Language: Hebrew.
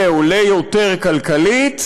זה עולה יותר כלכלית,